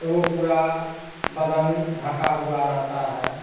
तो वह पूरा बदन ढका हुआ रहता है